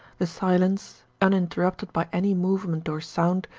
the silence, uninterrupted by any movement or sound,